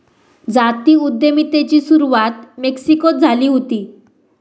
जाती उद्यमितेची सुरवात मेक्सिकोत झाली हुती